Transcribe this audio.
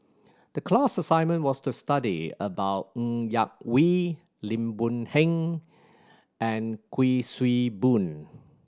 the class assignment was to study about Ng Yak Whee Lim Boon Heng and Kuik Swee Boon